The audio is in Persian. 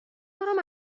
دارم